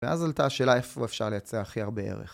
ואז עלתה השאלה איפה אפשר לייצר הכי הרבה ערך.